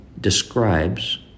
describes